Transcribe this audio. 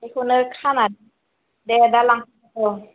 बेखौनो खाना दे दा लांफैदो